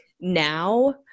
now